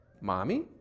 Mommy